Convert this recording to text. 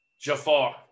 Jafar